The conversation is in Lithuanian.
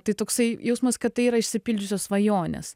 tai toksai jausmas kad tai yra išsipildžiusios svajonės